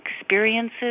experiences